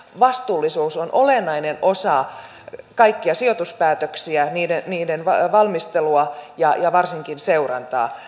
vastuullisuus on olennainen osa kaikkia sijoituspäätöksiä niiden valmistelua ja varsinkin seurantaa